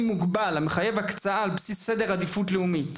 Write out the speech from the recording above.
מוגבל המחייב הקצאה על בסיס סדר עדיפות לאומי.